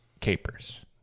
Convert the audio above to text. Capers